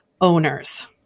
owners